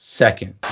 second